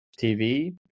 tv